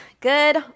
Good